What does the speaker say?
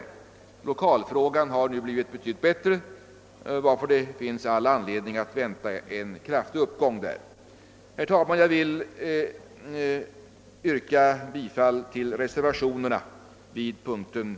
Lokalförhållandena har nu blivit betydligt bättre, varför det finns anledning att vänta en kraftig uppgång där. Herr talman! Jag vill yrka bifall till reservationerna vid punkt 46.